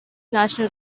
national